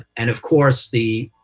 and of course, the